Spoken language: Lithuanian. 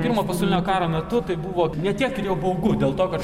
pirmo pasaulinio karo metu tai buvo ne tiek ir jau baugu dėl to kad